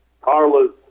Carlos